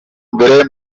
mbere